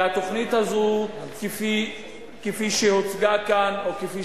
והתוכנית הזו, כפי שהוצגה כאן או כפי